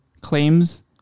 claims